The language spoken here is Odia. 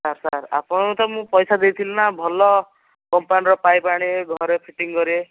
ନା ସାର୍ ଆପଣଙ୍କୁ ତ ମୁଁ ପଇସା ଦେଇଥିଲି ନା ଭଲ କମ୍ପାନୀର ପାଇପ୍ ଆଣିବେ ଘରେ ଫିଟିଂ କରିବେ